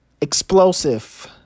explosive